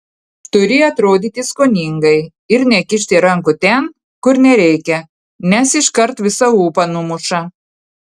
turi atrodyti skoningai ir nekišti rankų ten kur nereikia nes iškart visą ūpą numuša